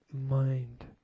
mind